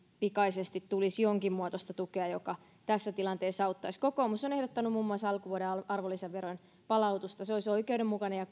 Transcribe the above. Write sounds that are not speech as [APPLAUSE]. pikaisesti tulisi jonkinmuotoista tukea joka tässä tilanteessa auttaisi kokoomus on ehdottanut muun muassa alkuvuoden arvonlisäveron palautusta se olisi oikeudenmukainen ja [UNINTELLIGIBLE]